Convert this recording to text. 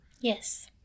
Yes